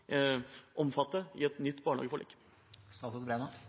omfatte i et nytt